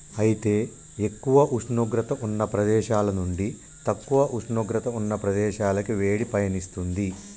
అయితే ఎక్కువ ఉష్ణోగ్రత ఉన్న ప్రదేశాల నుండి తక్కువ ఉష్ణోగ్రత ఉన్న ప్రదేశాలకి వేడి పయనిస్తుంది